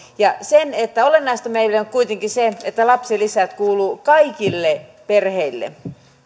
olennaista meille on kuitenkin se että lapsilisät kuuluvat kaikille perheille